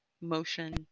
motion